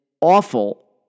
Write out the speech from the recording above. awful